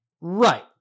Right